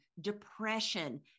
depression